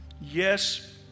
Yes